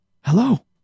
Hello